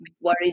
worried